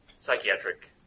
psychiatric